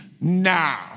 now